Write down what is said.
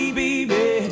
baby